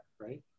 right